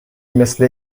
مثل